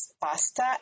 pasta